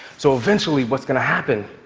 so eventually what's going to happen